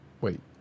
Wait